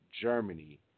Germany